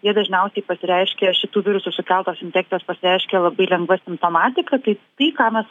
jie dažniausiai pasireiškia šitų virusų sukeltos infekcijos pasireiškia labai lengva simptomatika tai tai ką mes